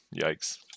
Yikes